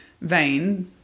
vein